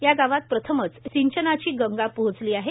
या गावात प्रथमच सिंचनाची गंगा पोहचली आहे